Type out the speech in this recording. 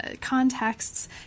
contexts